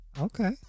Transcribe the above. Okay